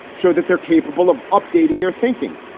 show that they're capable of updating their thinking.